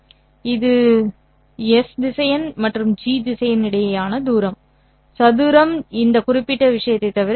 இது S திசையன் மற்றும் G திசையன் இடையேயான தூரம் சதுரம் இந்த குறிப்பிட்ட விஷயத்தைத் தவிர வேறில்லை